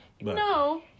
No